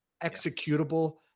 executable